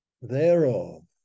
thereof